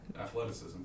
Athleticism